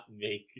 make